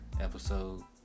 episode